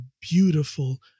beautiful